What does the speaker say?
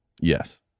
Yes